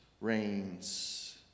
reigns